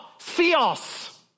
Theos